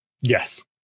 Yes